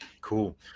Cool